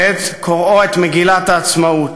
בעת קוראו את מגילת העצמאות,